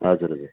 हजुर हजुर